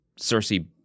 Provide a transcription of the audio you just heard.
Cersei